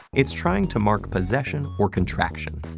it's trying to mark possession or contraction.